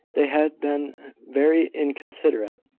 they had been very inconsiderate,